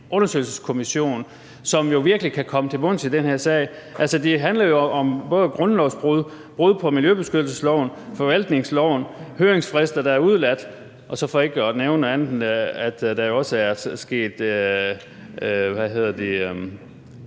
undersøgelseskommission, som jo virkelig kan komme til bunds i den her sag? Det handler jo om både grundlovsbrud, brud på miljøbeskyttelsesloven og på forvaltningsloven, høringsfrister, der er udeladt – for ikke at nævne, at man jo også har klemt dyr ihjel og